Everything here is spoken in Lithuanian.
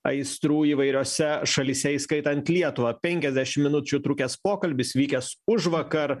aistrų įvairiose šalyse įskaitant lietuvą penkiasdešim minučių trukęs pokalbis vykęs užvakar